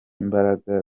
imbaraga